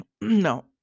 No